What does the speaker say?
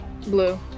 Blue